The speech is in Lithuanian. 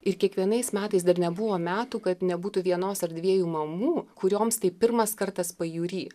ir kiekvienais metais dar nebuvo metų kad nebūtų vienos ar dviejų mamų kurioms tai pirmas kartas pajūry